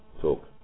talk